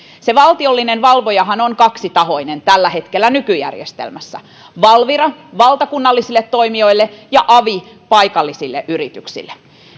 se valtiollinen valvojahan on kaksitahoinen tällä hetkellä nykyjärjestelmässä valvira valtakunnallisille toimijoille ja avi paikallisille yrityksille